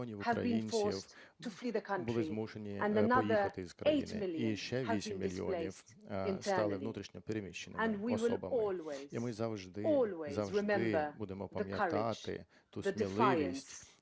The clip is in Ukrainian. І ще вісім мільйонів стали внутрішньо переміщеними особами. І ми завжди, завжди будемо пам'ятати ту сміливість,